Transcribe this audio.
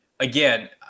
Again